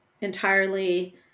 entirely